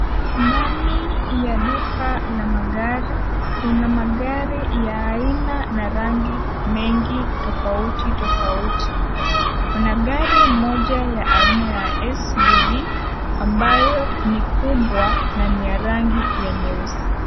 Ndani, ya duka, la magari, kuna magari ya aina, na rangi mengi tofauti, tofauti, kuna gari moja ya aina ya SUV, ambayo, ni kubwa, na ni ya rangi, ya nyeusi.